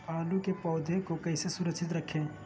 आलू के पौधा को कैसे सुरक्षित रखें?